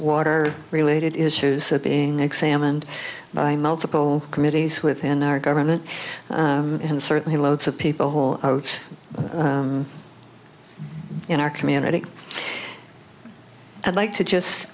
water related issues being examined by multiple committees within our government and certainly loads of people whole in our community i'd like to just